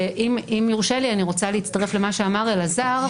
ואם יורשה לי, אני רוצה להצטרף למה שאמר אלעזר.